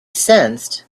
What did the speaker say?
sensed